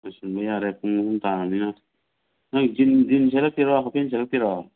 ꯂꯣꯏꯁꯟꯕ ꯌꯥꯔꯦ ꯄꯨꯡ ꯑꯍꯨꯝ ꯇꯥꯔꯃꯤꯅ ꯅꯪ ꯖꯤꯟ ꯖꯤꯟ ꯁꯦꯠꯂꯛꯇꯣꯏꯔꯣ ꯍꯥꯞ ꯄꯦꯟ ꯁꯦꯠꯂꯛꯇꯣꯏꯔꯣ